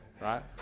right